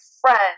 friend